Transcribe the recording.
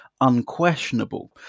unquestionable